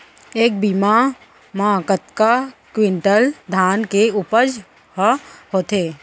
एक बीघा म कतका क्विंटल धान के उपज ह होथे?